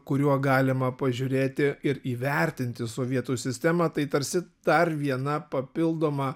kuriuo galima pažiūrėti ir įvertinti sovietų sistemą tai tarsi dar viena papildoma